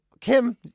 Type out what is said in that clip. Kim